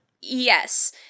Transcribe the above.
Yes